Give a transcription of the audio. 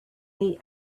the